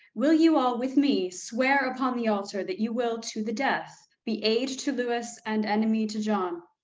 will you all with me swear upon the altar that you will to the death be aid to lewis and enemy to john?